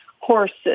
horses